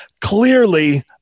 clearly